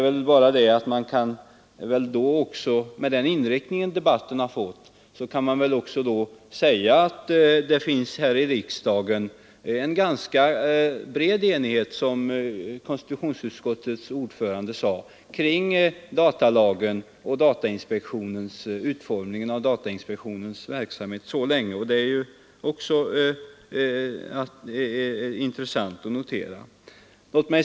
Men med den inriktning som debatten fått kan man också säga att det här i riksdagen finns en ganska bred enighet, som konstitutionsutskottets ordförande sade, kring datalagen och utformningen av datainspektionens verksamhet. Det är också intressant att notera.